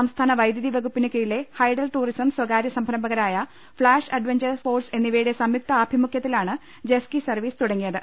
സംസ്ഥാന വൈദ്യുതി വകുപ്പിനു കീഴിലെ ഹൈഡൽ ടൂറിസം സ്വകാര്യസംരംഭകരായ ഫ്ളാഷ് അഡ്വഞ്ചേഴ്സ് സ്പോർട്സ് എന്നിവയുടെ സംയുക്ത ആഭിമുഖ്യ ത്തിലാണ് ജെസ്കി സർവീസ് തുടങ്ങിയത്